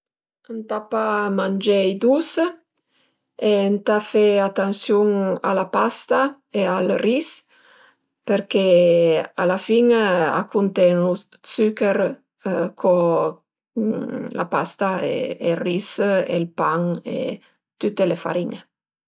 Ëntà pa mangé i dus e ëntà fe atansiun a la pasta e al ris perché a la fin a cunten-u 'd suchèr co la pasta, ël ris e ël pan e tüte le farin-e